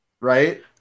right